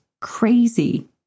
crazy